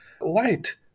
light